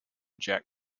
jack